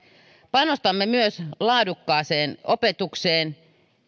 panostamme myös laadukkaaseen opetukseen